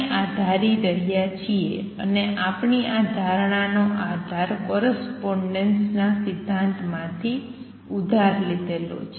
આપણે આ ધારી રહ્યા છીએ અને આપણી આ ધારણા નો આધાર કોરસ્પોંડેન્સ ના સિદ્ધાંત માથી ઉધાર લીધેલો છે